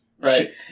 right